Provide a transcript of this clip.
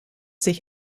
sich